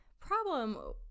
problem